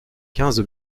quinze